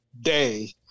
day